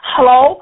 Hello